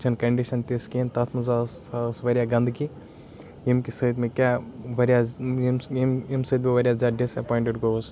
چھَنہٕ کَنڈِشَن تِژھ کِہیٖنۍ تَتھ مَنٛز سہ ٲس واریاہ گَنٛدگی ییٚمہِ کہِ سۭتۍ مےٚ کیاہ واریاہ ییٚمہِ سۭتۍ بہٕ واریاہ زیادٕ ڈِسایٚپوینٹِڈ گوٚوُس